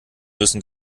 müssen